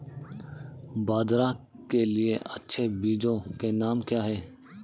बाजरा के लिए अच्छे बीजों के नाम क्या हैं?